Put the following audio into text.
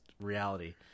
reality